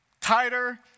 tighter